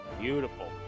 Beautiful